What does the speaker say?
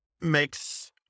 makes